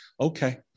okay